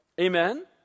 Amen